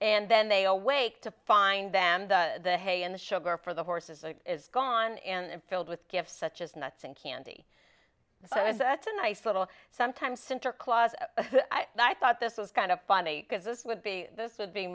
and then they all wait to find them the the hay and the sugar for the horses is gone and filled with gifts such as nuts and candy so it's a nice little sometimes sinterklaas i thought this was kind of funny because this would be this would be